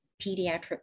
pediatric